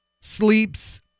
sleeps